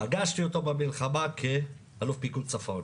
פגשתי אותו במלחמה כאלוף פיקוד צפון,